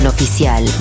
Oficial